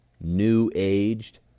new-aged